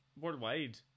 worldwide